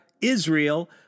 Israel